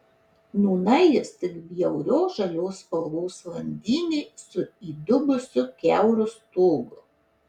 nūnai jis tik bjaurios žalios spalvos landynė su įdubusiu kiauru stogu